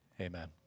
Amen